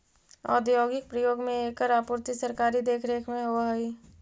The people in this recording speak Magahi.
औद्योगिक प्रयोग में एकर आपूर्ति सरकारी देखरेख में होवऽ हइ